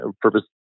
purpose